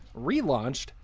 relaunched